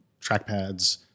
trackpads